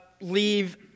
leave